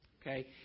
okay